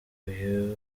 uyu